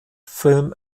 film